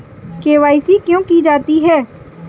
KYC क्यों की जाती है?